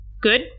good